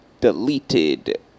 deleted